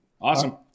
Awesome